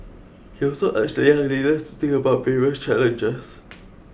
he also urged the young leaders to think about various challenges